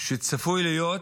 שצפוי להיות